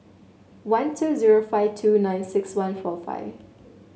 one two zero five two nine six one four five